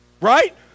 right